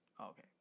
Okay